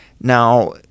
Now